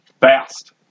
fast